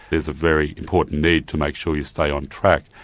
there's a very important need to make sure you stay on track,